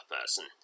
person